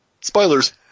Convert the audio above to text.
Spoilers